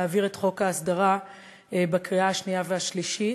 להעביר את חוק ההסדרה בקריאה השנייה והשלישית,